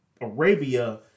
Arabia